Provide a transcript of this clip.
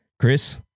Chris